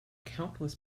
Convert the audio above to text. countless